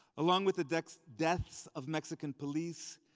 along with the deaths deaths of mexican police,